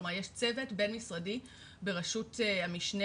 כלומר יש צוות בין-משרדי בראשות המשנה